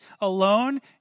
alone